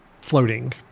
floating